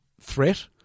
threat